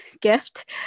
gift